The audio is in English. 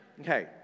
Okay